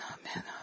amen